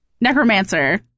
Necromancer